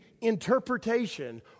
interpretation